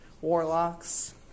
warlocks